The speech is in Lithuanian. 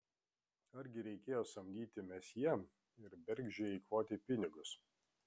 argi reikėjo samdyti mesjė ir bergždžiai eikvoti pinigus